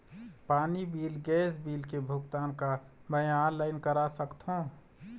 पानी bill gas bill के भुगतान का मैं ऑनलाइन करा सकथों?